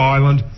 Island